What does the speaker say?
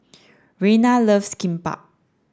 Reyna loves Kimbap